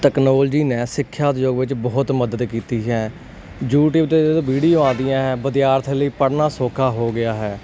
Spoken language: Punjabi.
ਟੈਕਨੋਲਜੀ ਨੇ ਸਿੱਖਿਆ ਉਦੋਗ ਵਿੱਚ ਬਹੁਤ ਮਦਦ ਕੀਤੀ ਹੈ ਯੂਟੀਊਬ ਤੇ ਵੀਡੀਓ ਆਉਂਦੀਆਂ ਵਿਦਿਆਰਥੀਆਂ ਲਈ ਪੜ੍ਹਨਾ ਸੌਖਾ ਹੋ ਗਿਆ ਹੈ